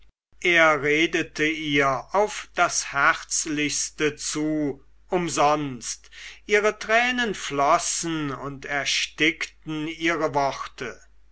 er redete ihr auf das herzlichste zu umsonst ihre tränen flossen und erstickten ihre worte